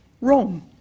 wrong